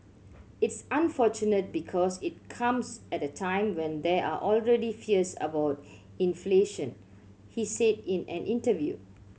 it's unfortunate because it comes at a time when there are already fears about inflation he said in an interview